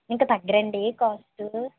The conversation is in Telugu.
ఇంక తగ్గరా అండీ కాస్ట్